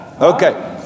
Okay